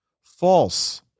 False